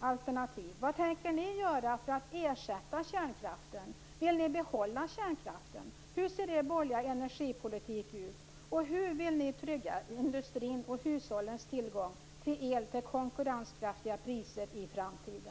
alternativ? Vad tänker ni göra för att ersätta kärnkraften? Vill ni behålla kärnkraften? Hur ser er borgerliga energipolitik ut? Hur vill ni trygga industrins och hushållens tillgång till el till konkurrenskraftiga priser i framtiden?